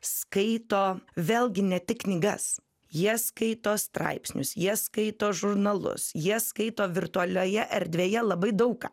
skaito vėlgi ne tik knygas jie skaito straipsnius jie skaito žurnalus jie skaito virtualioje erdvėje labai daug ką